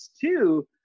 two